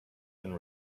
and